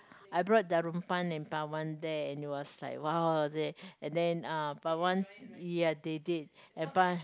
I brought Darunpan and Pawan there and it was like !wow! they and then uh Pawan ya they did and Pawan